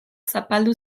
zapaldu